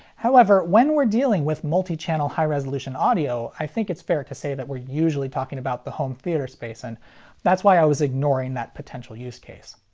however, when we're dealing with multichannel high-resolution audio, i think it's fair to say that we're usually talking about the home theater space, and that's why i was ignoring that potential use case.